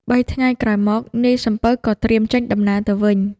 បីថ្ងៃក្រោយមក នាយសំពៅក៏ត្រៀមចេញដំណើរទៅវិញ។